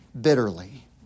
bitterly